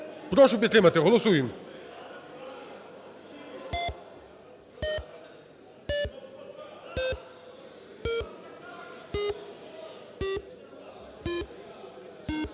Прошу підтримати. Голосуємо.